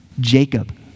Jacob